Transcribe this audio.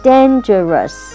Dangerous